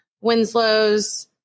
Winslow's